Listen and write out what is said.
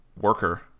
worker